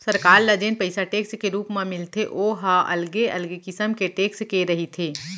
सरकार ल जेन पइसा टेक्स के रुप म मिलथे ओ ह अलगे अलगे किसम के टेक्स के रहिथे